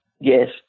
Yes